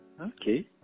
Okay